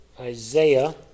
Isaiah